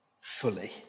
fully